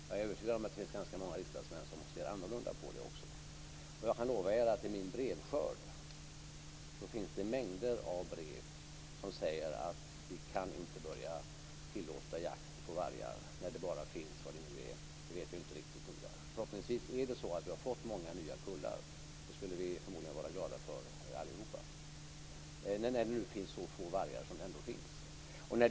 Jag är övertygad om att det också finns ganska många riksdagsmän som ser annorlunda på det. Jag kan lova er att det i min brevskörd finns mängder av brev som säger att vi inte kan börja tillåta jakt på vargar när det finns så få vargar. Vi vet inte riktigt hur många det finns, men förhoppningsvis har vi fått många nya kullar, vilket vi förmodligen alla skulle vara glada för.